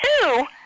Two